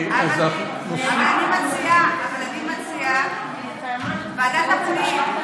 אבל אני מציעה ועדת הפנים.